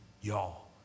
y'all